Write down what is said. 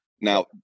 Now